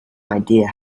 idea